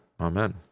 Amen